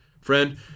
Friend